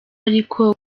ariko